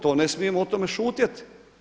To ne smijemo o tome šutjeti.